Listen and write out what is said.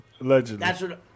allegedly